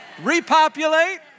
repopulate